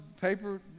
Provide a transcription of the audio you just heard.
paper